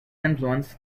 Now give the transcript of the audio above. influence